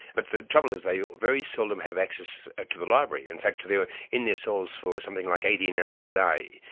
but the trouble is they very seldom have access to the library, in fact they're in their cells for something like eighteen hours a day,